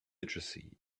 literacy